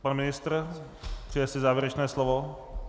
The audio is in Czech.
Pan ministr přeje si závěrečné slovo?